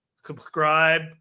subscribe